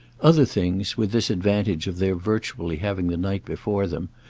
other things, with this advantage of their virtually having the night before them,